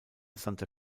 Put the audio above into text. santa